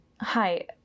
Hi